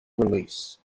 release